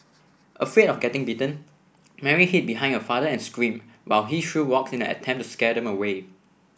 afraid of getting bitten Mary hid behind her father and screamed while he threw rocks in an attempt to scare them away